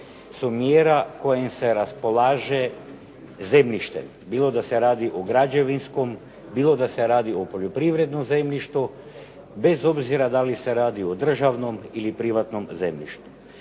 su mjera kojom se raspolaže zemljište, bilo da se radi o građevinskom, bilo da se radi o poljoprivrednom zemljištu, bez obzira da li se radi o državnom ili privatnom zemljištu.